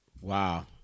wow